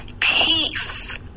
peace